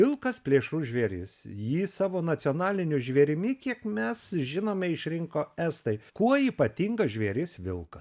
vilkas plėšrus žvėris jį savo nacionaliniu žvėrimi kiek mes žinome išrinko estai kuo ypatingas žvėris vilkas